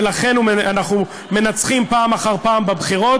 ולכן אנחנו מנצחים פעם אחר פעם בבחירות